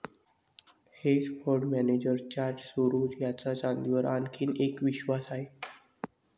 hedge fund manager George Soros यांचा चांदीवर आणखी एक विश्वास आहे